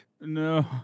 No